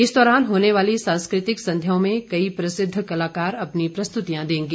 इस दौरान होने वाली सांस्कृतिक संध्याओं में कई प्रसिद्ध कलाकार अपनी प्रस्तुतियां देंगे